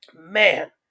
man